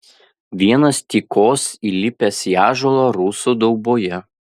vienas tykos įlipęs į ąžuolą rusų dauboje